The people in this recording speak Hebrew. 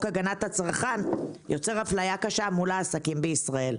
הגנת הצרכן, יוצר אפליה קשה מול העסקים בישראל.